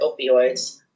opioids